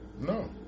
No